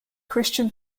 christian